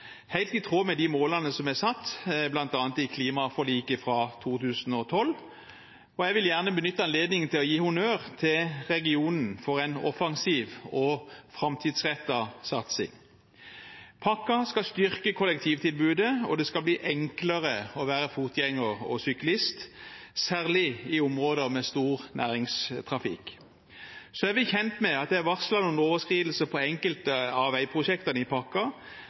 i tråd med de målene som er satt, bl.a. i klimaforliket fra 2012, og jeg vil gjerne benytte anledningen til å gi honnør til regionen for en offensiv og framtidsrettet satsing. Pakken skal styrke kollektivtilbudet, og det skal bli enklere å være fotgjenger og syklist, særlig i områder med stor næringstrafikk. Så er vi kjent med at det er varslet noen overskridelser på enkelte av veiprosjektene i